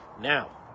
Now